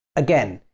again,